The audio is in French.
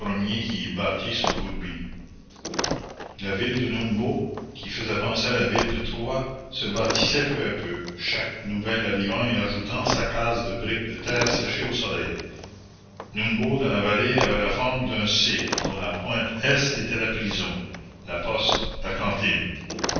qui y bâtit son gourbi la ville de numbo qui faisait penser à la ville de troie se bâtissait peu à peu chaque nouvel arrivant y ajoutant sa case de briques de terre séchées au soleil numbo dans la vallée avait la forme d'un c dont la pointe est était la prison la poste la cantine